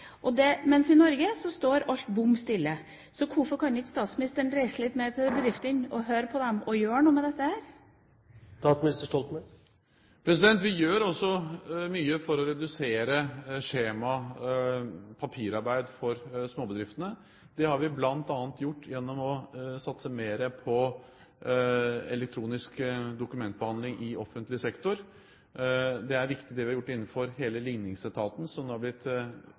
mens i Norge står alt bom stille. Hvorfor kan ikke statsministeren reise litt mer til bedriftene, høre på dem og gjøre noe med dette? Vi gjør også mye for å redusere papirarbeidet for småbedriftene. Det har vi bl.a. gjort gjennom å satse mer på elektronisk dokumentbehandling i offentlig sektor. Det er viktig det vi har gjort innenfor hele ligningsetaten, som nå har blitt